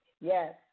Yes